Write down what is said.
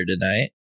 tonight